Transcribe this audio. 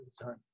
time